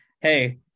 hey